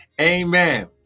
Amen